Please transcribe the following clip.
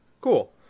cool